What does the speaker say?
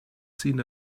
seen